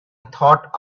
thought